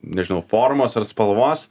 nežinau formos ar spalvos